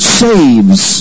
saves